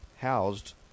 housed